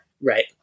Right